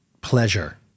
pleasure